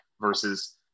versus